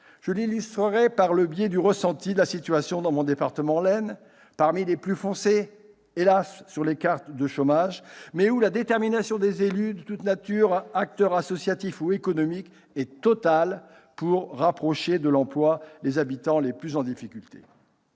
Je l'illustrerai en parlant du ressenti de la situation dans mon département, l'Aisne, parmi les plus foncés- hélas ! -sur les cartes du chômage, mais où la détermination des élus, acteurs associatifs ou économiques est totale pour rapprocher de l'emploi les habitants les plus en difficulté.